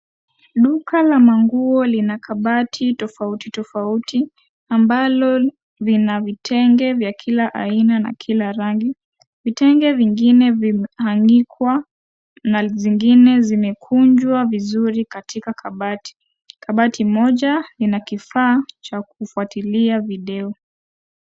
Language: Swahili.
Duka la manguo lina kabati tofauti tofauti ambalo lina vitenge vya kila aina na kila rangi. Vitenge vingine vimeanikwa na vingine vimekujwa katika kabati. Kabati moja lina kifaa cha kufuatilia video.